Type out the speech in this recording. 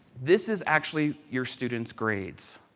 this is actually your students' grades,